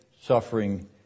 suffering